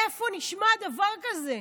איפה נשמע דבר כזה?